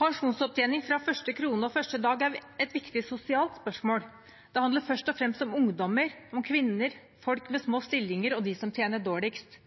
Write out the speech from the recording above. Pensjonsopptjening fra første krone og første dag er et viktig sosialt spørsmål. Det handler først og fremst om ungdommer, kvinner, folk med små stillinger og dem som tjener dårligst,